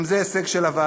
גם זה הישג של הוועדה.